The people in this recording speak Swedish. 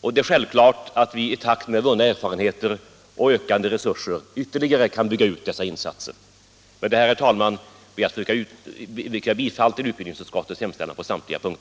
och det är självklart att vi i takt med vunna erfarenheter och ökande resurser ytterligare kan bygga ut dessa insatser. Med detta, herr talman, ber jag att få yrka bifall till utbildningsutskottets hemställan på samtliga punkter.